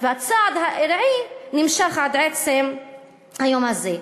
והצעד הארעי נמשך עד עצם היום הזה.